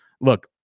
look